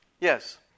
Yes